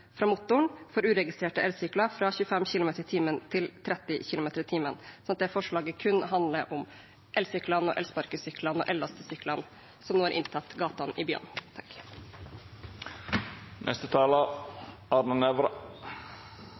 fra motoren for uregistrerte elsykler fra 25 km/t til 30 km/t.» Forslaget handler dermed kun om elsyklene, elsparkesyklene og ellastesyklene som nå har inntatt gatene i